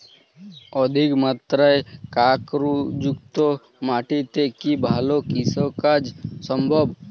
অধিকমাত্রায় কাঁকরযুক্ত মাটিতে কি ভালো কৃষিকাজ সম্ভব?